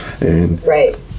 Right